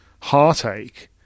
heartache